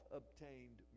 obtained